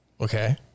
Okay